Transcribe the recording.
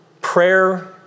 prayer